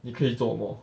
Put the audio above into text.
你可以做什么